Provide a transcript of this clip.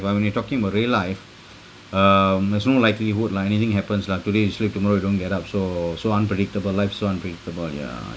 but when we talking about real life um there's no likelihood lah anything happens lah today you sleep tomorrow you don't get up so so unpredictable life so unpredictable yeah